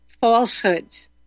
falsehoods